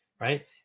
Right